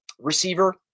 receiver